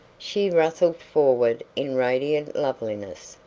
she rustled forward in radiant loveliness,